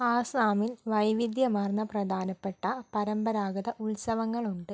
ആസാമിൽ വൈവിധ്യമാർന്ന പ്രധാനപ്പെട്ട പരമ്പരാഗത ഉത്സവങ്ങളുണ്ട്